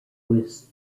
was